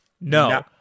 no